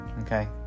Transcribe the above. okay